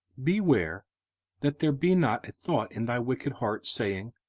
beware that there be not a thought in thy wicked heart, saying,